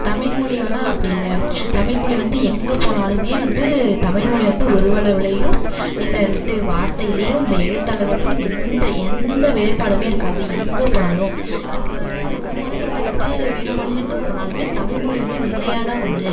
தமிழ்மொலி ஆனால் அப்படி இல்லை தமிழ்மொலி வந்து எங்கே போனாலுமே வந்து தமிழ்மொலி வந்து உருவ அளவிலையும் இல்லை வந்துட்டு வார்த்தையிலியும் இல்லை எழுத்தளவிலும் எந்த எந்த வேறுபாடுமே இருக்காது எங்கே போனாலும் இப்போ நம்ம மாநிலத்தை விட்டு வேற மாநிலத்துக்கு போனாலுமே தமிழ்மொலி வந்து நிலையான ஒன்று